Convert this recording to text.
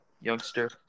youngster